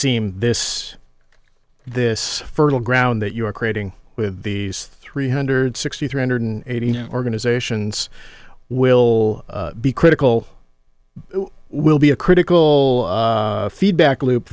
seem this this fertile ground that you are creating with these three hundred sixty three hundred eighty organizations will be critical will be a critical feedback loop